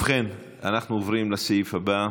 ובכן, אנחנו עוברים לסעיף הבא: